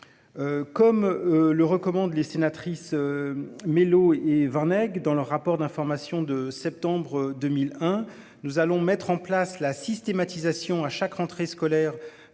Comme le recommandent les sénatrices. Mélo et Vanek dans leur rapport d'information de septembre 2001. Nous allons mettre en place la systématisation à chaque rentrée scolaire,